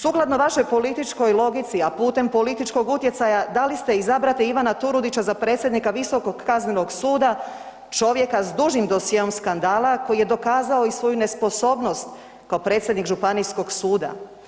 Sukladno vašoj političkoj logici, a putem političkog utjecaja dali ste izabrati Ivana Turudića za predsjednika visokog kaznenog suda, čovjeka s dužim dosjeom skandala koji je dokazao i svoju nesposobnost kao predsjednik županijskog suda.